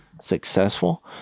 successful